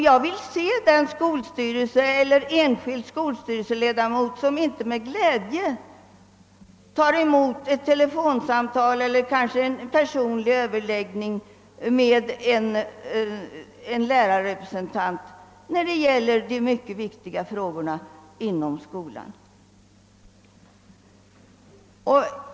Jag skulle vilja se den enskilde skolstyrelseledamot som inte med glädje överlägger med en lärarrepresentant i de mycket viktiga frågorna inom skolan.